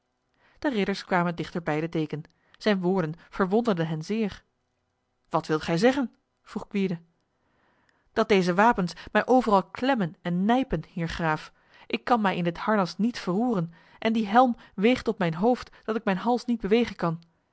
de ridders kwamen dichterbij de deken zijn woorden verwonderden hen zeer wat wilt gij zeggen vroeg gwyde dat deze wapens mij overal klemmen en nijpen heer graaf ik kan mij in dit harnas niet verroeren en die helm weegt op mijn hoofd dat ik mijn hals niet bewegen kan